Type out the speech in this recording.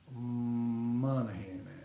Monahan